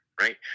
Right